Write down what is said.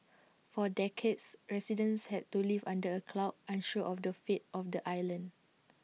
for decades residents had to live under A cloud unsure of the fate of the island